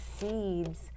seeds